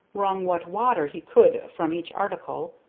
wrung what water he could from each article,